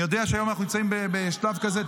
אני יודע שהיום אנחנו נמצאים בשלב כזה,